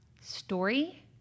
Story